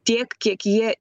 tiek kiek jie